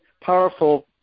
powerful